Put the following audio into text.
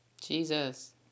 Jesus